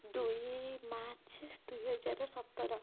ଦୁଇ ମାର୍ଚ୍ଚ ଦୁଇ ହଜାର ସତର